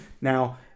now